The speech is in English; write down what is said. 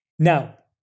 Now